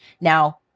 Now